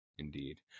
Indeed